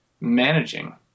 managing